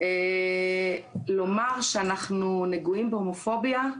לומר שאנחנו נגועים בהומופוביה,